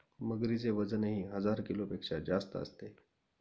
मगरीचे वजनही हजार किलोपेक्षा जास्त असते